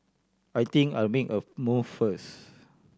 I think I'll make a move first